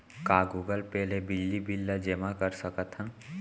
का Google Pay ले बिजली बिल ल जेमा कर सकथन?